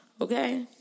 okay